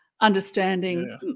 understanding